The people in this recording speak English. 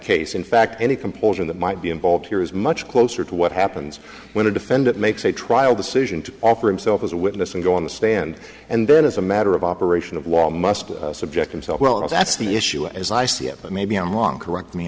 case in fact any compulsion that might be involved here is much closer to what happens when a defendant makes a trial decision to offer himself as a witness and go on the stand and then as a matter of operation of wall must subject themselves well that's the issue as i see it but maybe i'm long correct me